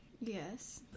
Yes